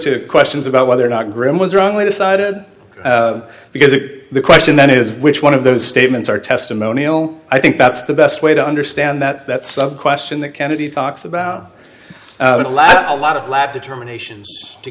to questions about whether or not graham was wrongly decided because the question then is which one of those statements are testimonial i think that's the best way to understand that that sub question that kennedy talks about would allow a lot of flap determinations to